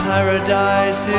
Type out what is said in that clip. Paradise